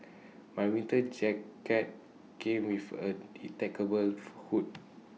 my winter jacket came with A detachable hood